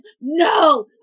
no